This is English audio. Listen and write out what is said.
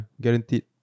guaranteed